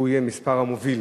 שהוא יהיה המספר המוביל